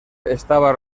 estaba